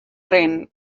rinnen